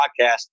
podcast